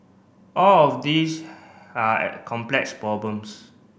all of these are complex problems